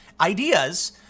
ideas